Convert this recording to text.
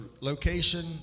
location